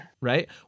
right